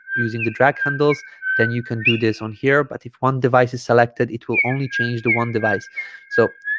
using the drag handles then you can do this on here but if one device is selected it will only change the one device so